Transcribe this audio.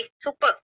super